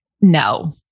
no